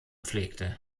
pflegte